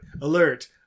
alert